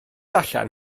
allan